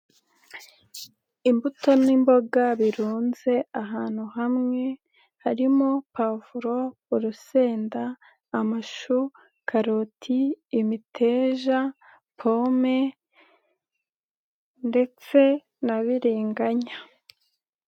Imbuto n'imboga birunze ahantu hamwe, harimo pavuro, urusenda, amashu, karoti, imiteja, pome ndetse na biringanya.